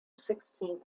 sixteenth